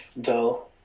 dull